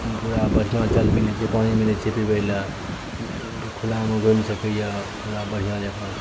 पूरा बढ़िऑं जल मिलै छै पानि मिलै छै पिबै लए खुला मे घुमि सकैया पूरा बढ़िऑं जकाँ